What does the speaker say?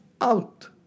out